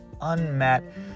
unmet